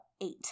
eight